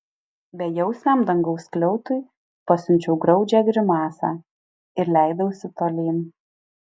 bejausmiam dangaus skliautui pasiunčiau graudžią grimasą ir leidausi tolyn